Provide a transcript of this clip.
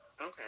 okay